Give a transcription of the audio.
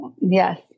yes